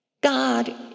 God